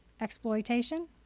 exploitation